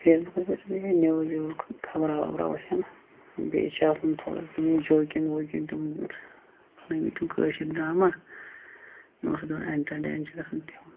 فیسبُکَس پٮ۪ٹھ چھِ مےٚ یِہے نِوٕز وِوٕز خبرٕ وبرٕ وٕچھان بیٚیہِ چھِ آسان تھوڑا جوکِنٛگ ووکِنٛگ تِم کھُلٲوۍمٕتۍ تِم کٲشِرۍ ڈرٛاما یِمو سۭتۍ مےٚ اٮ۪نٹَرٹین چھِ گژھان تِم